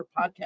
podcast